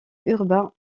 urbains